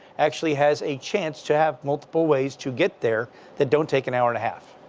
actually has a chance to have multiple ways to get there that don't take an hour and a half.